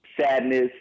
sadness